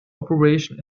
operation